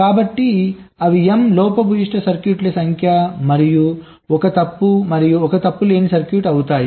కాబట్టి అవి m లోపభూయిష్ట సర్క్యూట్లు సంఖ్య మరియు ఒక తప్పు మరియు ఒక తప్పు లేని సర్క్యూట్ అవుతాయి